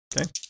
Okay